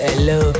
Hello